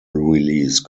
release